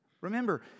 Remember